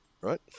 right